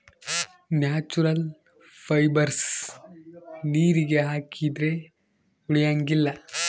natural fibres ನೀರಿಗೆ ಹಾಕಿದ್ರೆ ಉಳಿಯಂಗಿಲ್ಲ